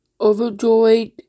overjoyed